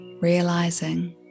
Realizing